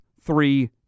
three